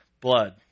blood